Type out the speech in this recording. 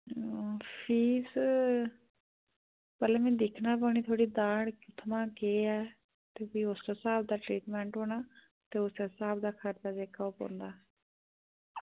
हां फीस पैह्लें में दिक्खना पौने थुआढ़ी दाड़ केह् ऐ ते उस्सै स्हाब दा ट्रीटमेंट होना ते उस्सै स्हाब दा खर्चा जेह्का ओह् पौंदा